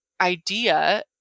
idea